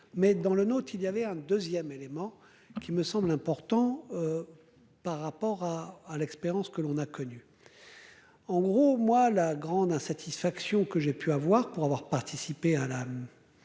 mais dans le note il y avait un 2ème élément qui me semble important. Par rapport à à l'expérience que l'on a connu. En gros moi la grande satisfaction que j'ai pu avoir pour avoir participé à la.